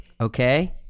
Okay